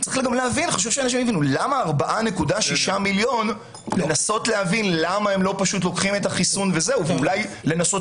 למה 4.6 מיליון לא לוקחים את החיסון ואולי לנסות